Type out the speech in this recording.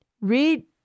Read